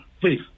please